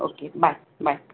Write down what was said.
okay bye bye